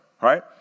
right